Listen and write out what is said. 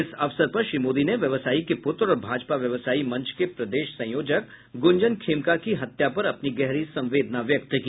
इस अवसर पर श्री मोदी ने व्यवसाई के पुत्र और भाजपा व्यवसाई मंच के प्रदेश संयोजक गुंजन खेमका की हत्या पर अपनी गहरी संवेदना व्यक्त की